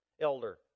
elder